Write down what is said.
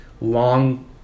long